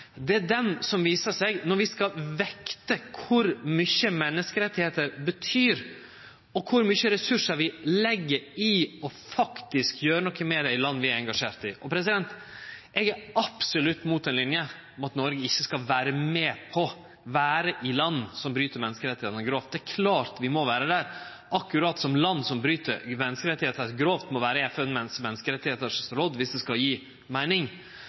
det er den som viser seg når vi skal vekte kor mykje menneskerettar betyr, og kor mykje ressursar vi legg i faktisk å gjere noko med det i land vi er engasjerte i. Eg er absolutt imot den linja at Noreg ikkje skal vere i land som bryt menneskerettane grovt. Det er klart vi må vere der, akkurat som land som bryt menneskerettane grovt, må vere med i FNs menneskerettsråd dersom det skal gje meining.